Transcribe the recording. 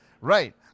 right